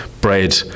bread